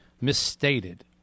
misstated